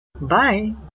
Bye